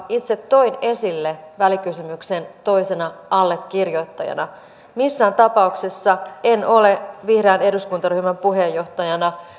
itse toin esille välikysymyksen toisena allekirjoittajana missään tapauksessa en ole vihreän eduskuntaryhmän puheenjohtajana